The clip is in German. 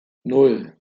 nan